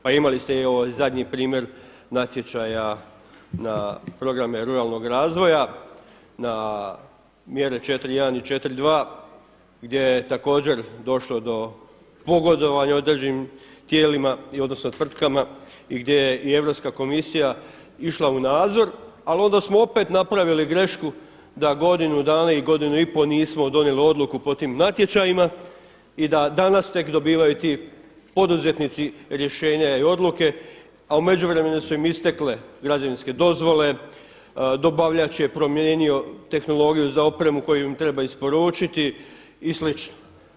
Pa imali ste i ovaj zadnji primjer natječaja na program ruralnog razvoja na mjere 4.1 i 4.2 gdje je također došlo do pogodovanja određenim tijelima i odnosno tvrtkama i gdje je i Europska komisija išla u nadzor ali onda smo opet napravili grešku da godinu dana i godinu i pol nismo donijeli odluku po tim natječajima i da danas tek dobivaju ti poduzetnici rješenja i odluke a u međuvremenu su im istekle građevinske dozvole, dobavljač je promijenio tehnologiju za opremu koju im treba isporučiti i slično.